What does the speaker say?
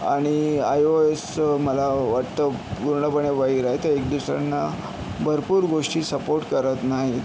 आणि आयओएसचं मला वाटतं पूर्णपणे वैर आहे ते एक दुसऱ्यांना भरपूर गोष्टी सपोर्ट करत नाही